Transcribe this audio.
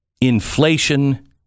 Inflation